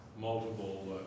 multiple